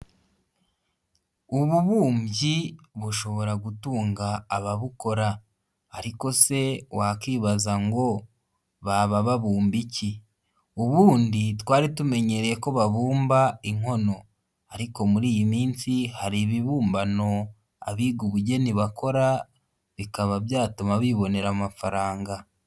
Ububumbyi bushobora gutunga ababukora, ariko se wakibaza ngo baba babumba iki? Ubundi twari tumenyereye ko babumba inkono ariko muri iyi minsi hari ibibumbano abiga ubugeni bakora, bikaba byatuma bibonera amafaranga.